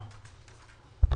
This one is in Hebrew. (מ/1385).